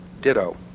ditto